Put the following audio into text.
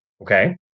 Okay